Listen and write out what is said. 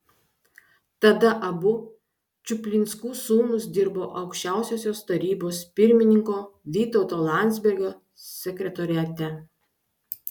tada abu čuplinskų sūnūs dirbo aukščiausiosios tarybos pirmininko vytauto landsbergio sekretoriate